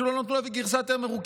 פשוט לא נתנו להביא גרסה יותר מרוככת.